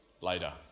later